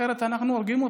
אחרת אנחנו הורגים אותך.